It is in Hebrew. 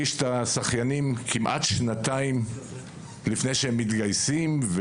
אני מגיש את החיילים שנתיים לפני שהם מתגייסים.